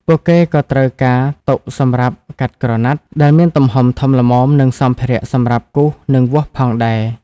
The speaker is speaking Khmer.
ពួកគេក៏ត្រូវការតុសម្រាប់កាត់ក្រណាត់ដែលមានទំហំធំល្មមនិងសម្ភារៈសម្រាប់គូសនិងវាស់ផងដែរ។